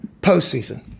postseason